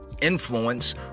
influence